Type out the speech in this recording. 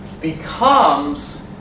becomes